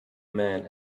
man